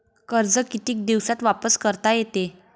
कर्ज कितीक दिवसात वापस करता येते?